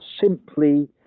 simply